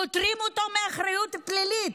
פוטרים אותו מאחריות פלילית.